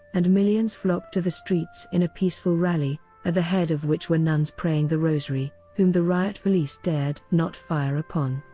and millions flocked to the streets in a peaceful rally at the head of which were nuns praying the rosary whom the riot police dared not fire upon.